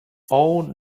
all